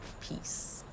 Peace